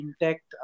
intact